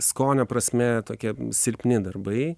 skonio prasme tokie silpni darbai